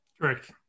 Correct